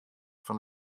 fan